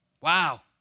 Wow